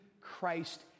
Christ